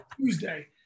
Tuesday